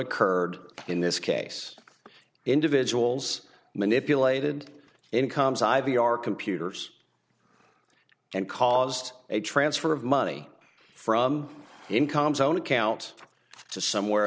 occurred in this case individuals manipulated incomes i v our computers and caused a transfer of money from income's own account to somewhere